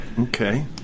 Okay